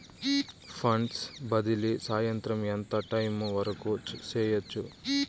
funds బదిలీ సాయంత్రం ఎంత టైము వరకు చేయొచ్చు